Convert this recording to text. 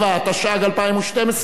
37), התשע"ג 2012,